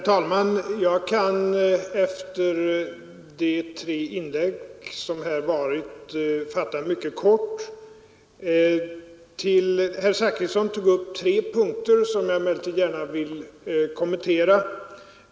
Herr talman! Efter de tre inlägg som gjorts kan jag fatta mig mycket kort. Herr Zachrisson tog upp tre punkter som jag dock gärna vill kommentera.